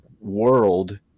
world